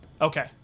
Okay